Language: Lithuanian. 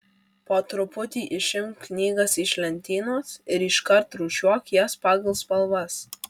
po truputį išimk knygas iš lentynos ir iškart rūšiuok jas pagal spalvas